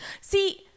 See